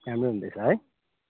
राम्रो हुँदैछ है